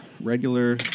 Regular